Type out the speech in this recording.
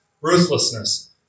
ruthlessness